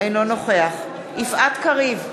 אינו נוכח יפעת קריב,